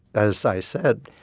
as i said,